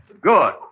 Good